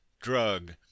drug